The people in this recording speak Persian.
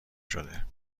شده